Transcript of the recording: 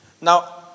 Now